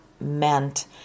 meant